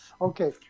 Okay